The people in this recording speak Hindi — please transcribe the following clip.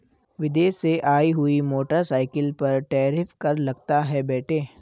विदेश से आई हुई मोटरसाइकिल पर टैरिफ कर लगता है बेटे